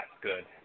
good